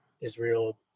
Israel